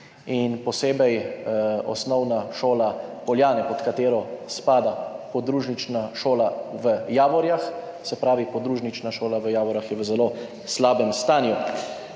posebej Osnovna šola Poljane, pod katero spada podružnična šola v Javorjah, se pravi podružnična šola v Javorjah je v zelo slabem stanju.